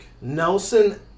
Nelson